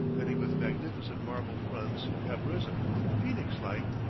many with magnificent marble fronts, have risen, phoenix-like,